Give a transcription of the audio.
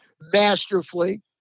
masterfully